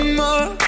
more